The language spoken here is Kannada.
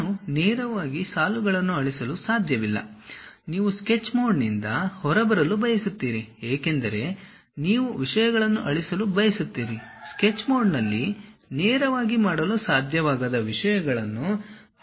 ನಾನು ನೇರವಾಗಿ ಸಾಲುಗಳನ್ನು ಅಳಿಸಲು ಸಾಧ್ಯವಿಲ್ಲ ನೀವು ಸ್ಕೆಚ್ ಮೋಡ್ನಿಂದ ಹೊರಬರಲು ಬಯಸುತ್ತೀರಿ ಏಕೆಂದರೆ ನೀವು ವಿಷಯಗಳನ್ನು ಅಳಿಸಲು ಬಯಸುತ್ತೀರಿ ಸ್ಕೆಚ್ ಮೋಡ್ನಲ್ಲಿ ನೇರವಾಗಿ ಮಾಡಲು ಸಾಧ್ಯವಾಗದ ವಿಷಯಗಳನ್ನು ಅಳಿಸಲು ನೀವು ಬಯಸುತ್ತೀರಿ